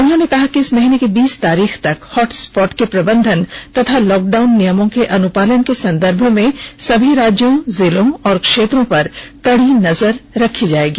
उन्होंने कहा कि इस महीने की बीस तारीख तक हॉट स्पॉट के प्रबंधन तथा लॉकडाउन नियमों के अनुपालन के संदर्भ में सभी राज्यों जिलों और क्षेत्रों पर कड़ी नजर रखी जायेगी